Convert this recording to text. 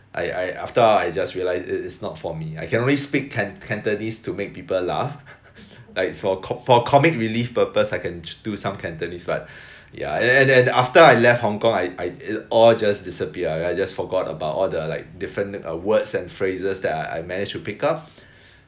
I I after awhile I just realise it it is not for me I can only speak can~ cantonese to make people laugh like for for comic relief purpose I can do some cantonese but ya and and and after I left Hong-Kong I I it all just disappeared I I just forgot about all the like different uh words and phrases that I I managed to pick up